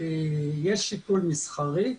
יש שיקול מסחרי,